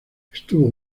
estuvo